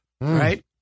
right